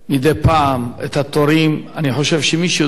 אני חושב שמישהו שדואג לעשות אותם ככה במכוון,